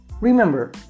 Remember